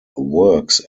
works